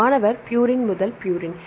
மாணவர் ப்யூரின் முதல் ப்யூரின்